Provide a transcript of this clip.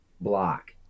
block